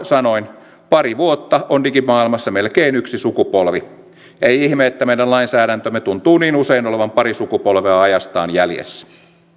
sanoin pari vuotta on digimaailmassa melkein yksi sukupolvi ei ihme että meidän lainsäädäntömme tuntuu niin usein olevan pari sukupolvea ajastaan jäljessä